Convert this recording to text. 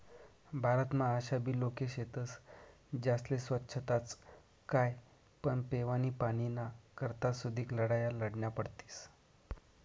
भारतमा आशाबी लोके शेतस ज्यास्ले सोच्छताच काय पण पेवानी पाणीना करता सुदीक लढाया लढन्या पडतीस